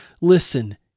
listen